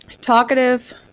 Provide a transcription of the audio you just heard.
Talkative